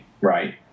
right